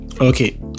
Okay